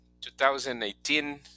2018